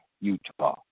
Utah